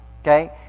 Okay